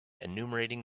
enumerating